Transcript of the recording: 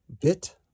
bit